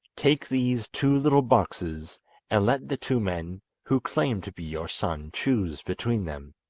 take these two little boxes and let the two men who claim to be your son choose between them.